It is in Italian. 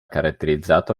caratterizzato